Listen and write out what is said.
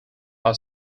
are